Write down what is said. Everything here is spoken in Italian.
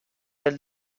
del